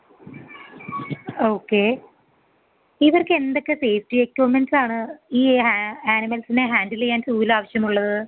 okay ഇവർക്കെന്തൊക്കെ safety എക്യൂപ്മെൻട്സ്സാണ് ഈ ആ അനിമൽസിനെ ഹാൻഡിൽ ചെയ്യാൻ സൂവിലാവശ്യമുള്ളത്